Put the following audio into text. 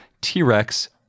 T-Rex